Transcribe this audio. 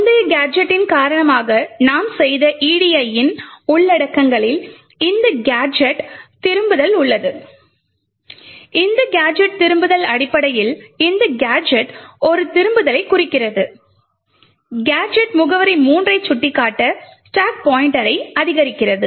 முந்தைய கேஜெட்டின் காரணமாக நாம் செய்த edi யின் உள்ளடக்கங்களில் இந்த கேஜெட் திரும்புதல் உள்ளது இந்த கேஜெட் திரும்புதல் அடிப்படையில் இந்த கேஜெட் ஒரு திரும்புதலைக் குறிக்கிறது கேஜெட் முகவரி 3 ஐ சுட்டிக்காட்ட ஸ்டாக் பாய்ண்ட்டரை அதிகரிக்கிறது